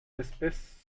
espèces